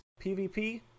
PvP